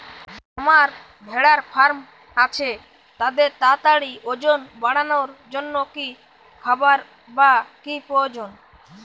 আমার ভেড়ার ফার্ম আছে তাদের তাড়াতাড়ি ওজন বাড়ানোর জন্য কী খাবার বা কী প্রয়োজন?